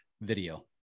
video